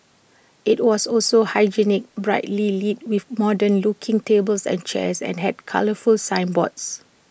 IT was also hygienic brightly lit with modern looking tables and chairs and had colourful signboards